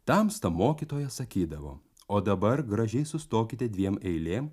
tamsta mokytoja sakydavo o dabar gražiai sustokite dviem eilėm